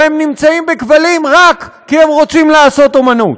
והם נמצאים בכבלים רק כי הם רוצים לעשות אמנות.